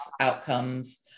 outcomes